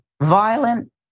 violent